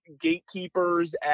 gatekeepers